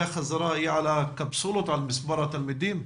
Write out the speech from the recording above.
החזרה היא על הקפסולות ומספר התלמידים?